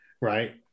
Right